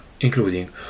including